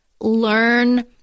learn